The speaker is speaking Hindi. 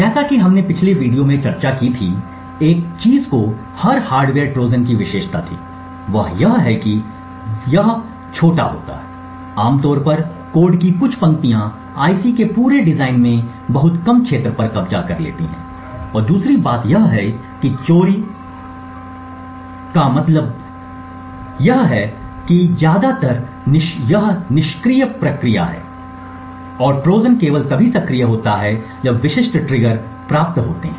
जैसा कि हमने पिछले वीडियो में चर्चा की थी एक चीज जो हर हार्डवेयर ट्रोजन की विशेषता थी वह यह है कि यह छोटा होता है आमतौर पर कोड की कुछ पंक्तियाँ आईसी के पूरे डिजाइन में बहुत कम क्षेत्र पर कब्जा कर लेती हैं और दूसरी बात यह है कि चोरी चोरी का मतलब है यह ज्यादातर निष्क्रिय प्रक्रिया है ट्रोजन एक निष्क्रिय है और ट्रोजन केवल तभी सक्रिय होता है जब विशिष्ट ट्रिगर प्राप्त होते हैं